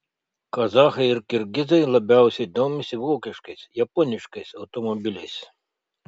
kazachai ir kirgizai labiausiai domisi vokiškais japoniškais automobiliais